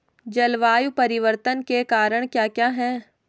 जलवायु परिवर्तन के कारण क्या क्या हैं?